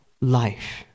life